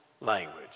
language